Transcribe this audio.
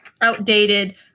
outdated